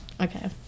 Okay